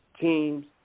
teams